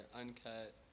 uncut